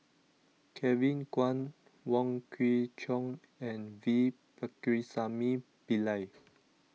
Kevin Kwan Wong Kwei Cheong and V Pakirisamy Pillai